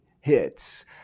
hits